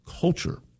culture